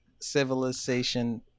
Civilization